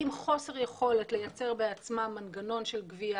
עם חוסר יכולת לייצר בעצמן מנגנון של גבייה,